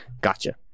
Gotcha